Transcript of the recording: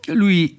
lui